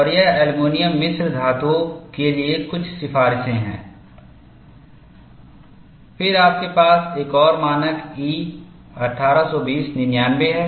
और यह एल्यूमीनियम मिश्र धातुओं के लिए कुछ सिफारिशें हैं फिर आपके पास एक और मानक E 1820 99 है